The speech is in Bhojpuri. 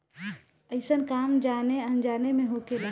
अइसन काम जाने अनजाने मे होखेला